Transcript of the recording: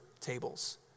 tables